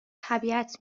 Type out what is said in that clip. طبیعت